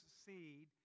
seed